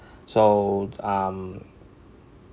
so um